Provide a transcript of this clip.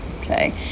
Okay